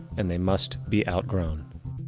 and they must be outgrown.